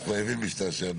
אנחנו חייבים להשתעשע.